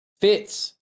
fits